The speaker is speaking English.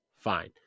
Fine